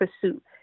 pursuit